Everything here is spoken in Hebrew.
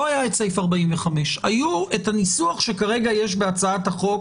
לא היה את סעיף 45. היה את הניסוח שכרגע יש בהצעת החוק,